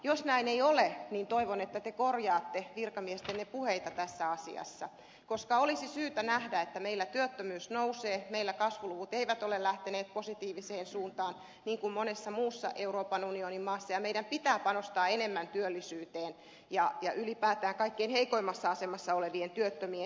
jos näin ei ole niin toivon että te korjaatte virkamiestenne puheita tässä asiassa koska olisi syytä nähdä että meillä työttömyys nousee meillä kasvuluvut eivät ole lähteneet positiiviseen suuntaan niin kuin monessa muussa euroopan unionin maassa ja meidän pitää panostaa enemmän työllisyyteen ja ylipäätään kaikkein heikoimmassa asemassa olevien työttömien tukeen